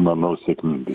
manau sėkmingai